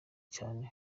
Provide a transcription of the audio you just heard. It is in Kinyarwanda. cyane